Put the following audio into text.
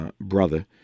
brother